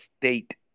state